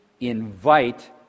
invite